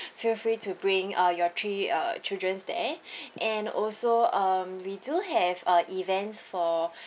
feel free to bring uh your three uh childrens there and also um we do have uh events for